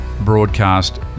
broadcast